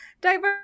diverse